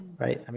right, i mean,